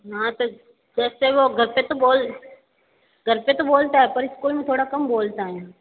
हाँ तो जैसे वो घर पे तो बोल घर पे तो बोलता है पर ईस्कूल में थोड़ा कम बोलता है